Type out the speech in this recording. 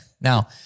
Now